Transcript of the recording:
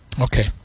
Okay